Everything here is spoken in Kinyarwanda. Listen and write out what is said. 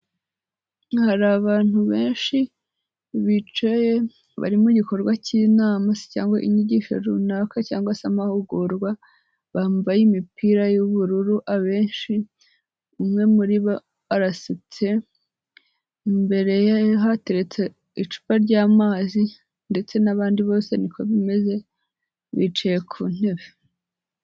Hari abantu benshi bicaye bari mu gikorwa cy'inama se cyangwa inyigisho runaka cyangwa se amahugurwa, bambaye imipira y'ubururu abenshi, umwe muri bo arasetse, imbere ye hateretse icupa ry'amazi ndetse n'abandi bose niko bimeze bicaye ku ntebe.